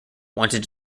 wanted